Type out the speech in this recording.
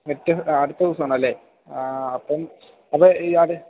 next അടുത്ത ദിവസം ആണല്ലേ അപ്പം അത്